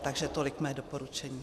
Takže tolik mé doporučení.